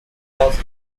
was